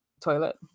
toilet